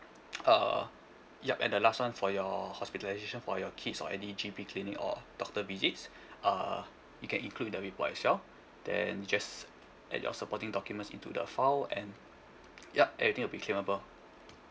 uh yup and the last [one] for your hospitalisation for your kids or any G_P clinic or doctor visits uh you can include in the report as well then just add your supporting documents into the file and yup everything will be claimable